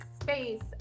space